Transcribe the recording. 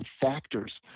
factors –